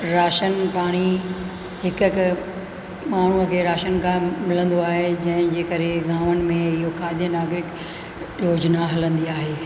ration पाणी हिकु हिकु माण्हूअ खे राशन काड मिलंदो आहे जंहिंजे करे गांवनि में इहो खाधे नाले योजना हलंदी आहे